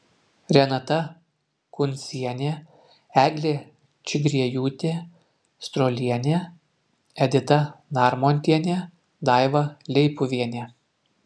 renata kuncienė eglė čigriejūtė strolienė edita narmontienė daiva leipuvienė